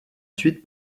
suite